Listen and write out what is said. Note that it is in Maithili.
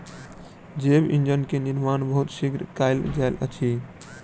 जैव ईंधन के निर्माण बहुत शीघ्र कएल जा सकै छै